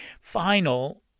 final